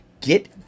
Get